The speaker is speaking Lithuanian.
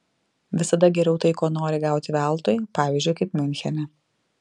visada geriau tai ko nori gauti veltui pavyzdžiui kaip miunchene